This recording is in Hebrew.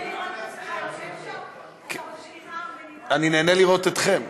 אתה רוצה שננאם וננאם, אני נהנה לראות אתכם.